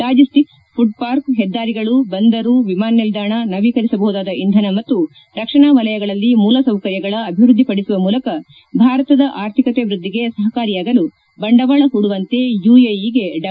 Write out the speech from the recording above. logistics food park ಹೆದ್ದಾರಿಗಳು ಬಂದರು ವಿಮಾನ ನಿಲ್ಲಾಣ ನವೀಕರಿಸಬಹುದಾದ ಇಂಧನ ಮತ್ತು ರಕ್ಷಣಾ ವಲಯಗಳಲ್ಲಿ ಮೂಲಸೌಕರ್ಯಗಳ ಅಭಿವೃದ್ಲಿಪಡಿಸುವ ಮೂಲಕ ಭಾರತದ ಆರ್ಥಿಕತೆ ವೃದ್ಲಿಗೆ ಸಹಕಾರಿಯಾಗಲು ಬಂಡವಾಳ ಹೂಡುವಂತೆ ಯುಎಇಗೆ ಡಾ